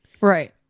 right